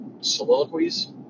soliloquies